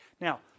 now